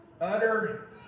utter